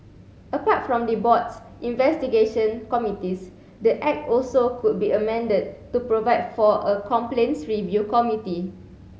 apart from the board's investigation committees the Act also could be amended to provide for a complaints review committee